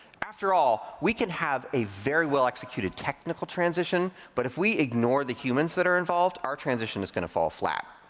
after all, we can have a very well executed technical transition, but if we ignore the humans that are involved, our transition is gonna fall flat.